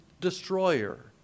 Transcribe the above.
destroyer